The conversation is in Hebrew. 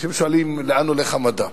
אנשים שואלים לאן הולך המדע,